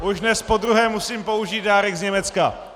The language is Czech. Už dnes podruhé musím použít dárek z Německa.